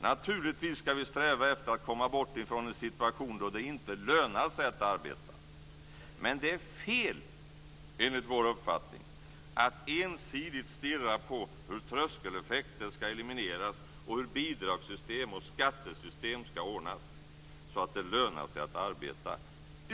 Naturligtvis ska vi sträva efter att komma bort ifrån en situation då det inte lönar sig att arbete. Men det är fel, enligt vår uppfattning, att ensidigt stirra på hur tröskeleffekter ska elimineras och hur bidragssystem och skattesystem ska ordnas, så att det lönar sig att arbeta.